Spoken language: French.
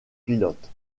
pilote